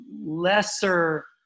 lesser